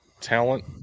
talent